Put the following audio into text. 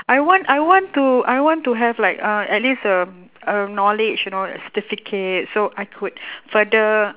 I want I want to I want to have like uh at least a a knowledge you know a certificate so I could further